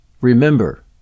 Remember